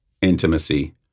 intimacy